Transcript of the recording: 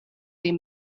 their